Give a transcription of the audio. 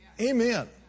Amen